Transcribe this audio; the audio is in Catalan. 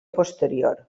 posterior